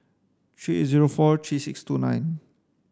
three eight zero four three six two nine